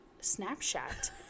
Snapchat